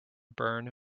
burn